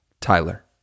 Tyler